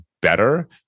better